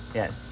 yes